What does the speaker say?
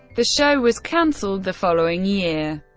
the show was cancelled the following year.